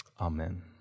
Amen